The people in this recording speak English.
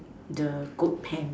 the goat pant